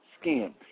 skin